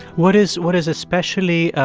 what is what is especially,